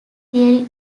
theory